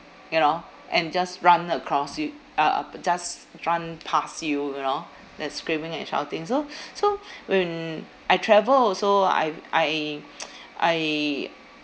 you know and just run across you uh uh just run past you you know they're screaming and shouting so so when I travel also I've I I